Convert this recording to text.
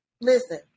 listen